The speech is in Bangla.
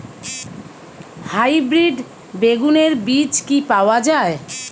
হাইব্রিড বেগুনের বীজ কি পাওয়া য়ায়?